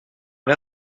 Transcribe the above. les